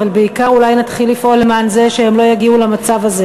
אבל בעיקר אולי נתחיל לפעול למען זה שהם לא יגיעו למצב הזה.